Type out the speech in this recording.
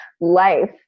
life